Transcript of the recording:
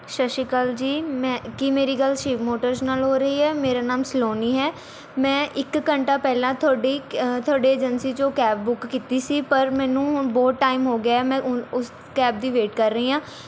ਸਤਿ ਸ਼੍ਰੀ ਅਕਾਲ ਜੀ ਮੈਂ ਕੀ ਮੇਰੀ ਗੱਲ ਸ਼ਿਵ ਮੋਟਰਜ਼ ਨਾਲ ਹੋ ਰਹੀ ਹੈ ਮੇਰਾ ਨਾਮ ਸਲੋਨੀ ਹੈ ਮੈਂ ਇੱਕ ਘੰਟਾ ਪਹਿਲਾਂ ਤੁਹਾਡੀ ਤੁਹਾਡੇ ਏਜੰਸੀ 'ਚੋਂ ਕੈਬ ਬੁੱਕ ਕੀਤੀ ਸੀ ਪਰ ਮੈਨੂੰ ਹੁਣ ਬਹੁਤ ਟਾਈਮ ਹੋ ਗਿਆ ਹੈ ਮੈਂ ਹੁਣ ਉਸ ਕੈਬ ਦੀ ਵੇਟ ਕਰ ਰਹੀ ਹਾਂ